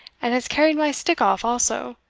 and has carried my stick off also,